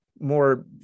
more